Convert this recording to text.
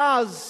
ואז